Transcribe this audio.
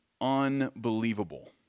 unbelievable